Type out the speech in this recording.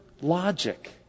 logic